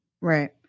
right